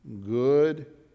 good